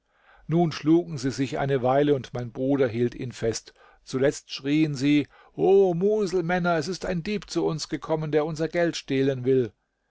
nun schlugen sie sich eine weile und mein bruder hielt ihn fest zuletzt schrieen sie o muselmänner es ist ein dieb zu uns gekommen der unser geld stehlen will